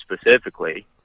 specifically